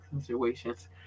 situations